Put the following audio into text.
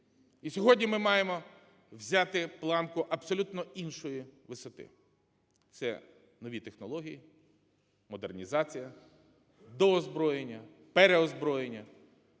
І сьогодні ми маємо взяти планку абсолютно іншої висоти: це нові технології, модернізація, доозброєння, переозброєння,